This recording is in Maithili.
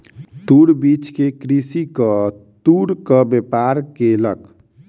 तूर बीछ के कृषक तूरक व्यापार केलक